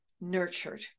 nurtured